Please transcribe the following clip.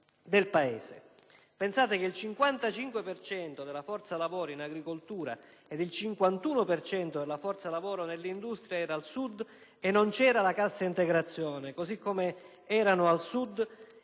del Paese. Pensate che il 55 per cento della forza lavoro in agricoltura ed il 51 per cento della forza lavoro nell'industria era al Sud, e non c'era la cassa integrazione, così come erano al Sud